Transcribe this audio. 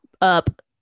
Up